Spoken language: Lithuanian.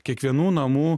kiekvienų namų